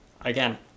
Again